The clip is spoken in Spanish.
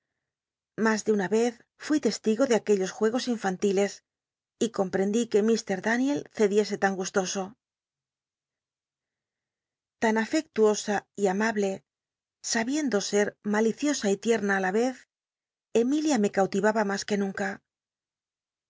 las de una rz fui testigo de aquellos juegos infantiles y comprcndi que ir daniel cediese lan gustoso l'an afectuosa y am ujle sabiendo ser maliciosa y tierna á la vez emilia mr l'attti ba mas que nunca